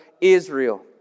Israel